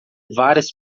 várias